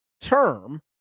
term